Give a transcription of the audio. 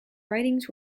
writings